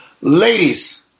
ladies